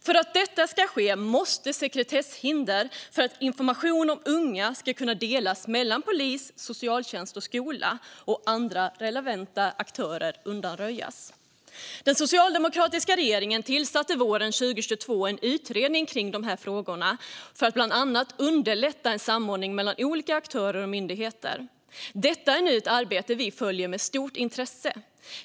För att detta ska ske måste sekretesshinder för att information om unga ska kunna delas mellan polis, socialtjänst, skola och andra relevanta aktörer undanröjas. Den socialdemokratiska regeringen tillsatte våren 2022 en utredning kring dessa frågor för att bland annat underlätta en samordning mellan olika aktörer och myndigheter. Detta är nu ett arbete vi följer med stort intresse.